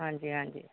ਹਾਂਜੀ ਹਾਂਜੀ